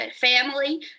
family